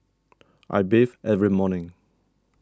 I bathe every morning